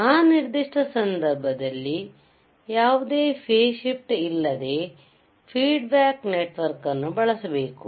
ಆ ನಿರ್ದಿಷ್ಟ ಸಂದರ್ಭದಲ್ಲಿ ಯಾವುದೇ ಫೇಸ್ ಶಿಫ್ಟ್ ಇಲ್ಲದೆ ಫೀಡ್ ಬ್ಯಾಕ್ ನೆಟ್ ವರ್ಕ್ ಅನ್ನು ಬಳಸಬೇಕು